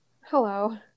hello